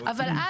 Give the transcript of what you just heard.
אבל,